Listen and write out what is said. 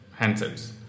handsets